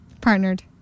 Partnered